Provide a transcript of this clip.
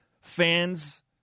fans